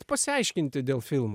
pasiaiškinti dėl filmų